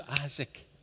Isaac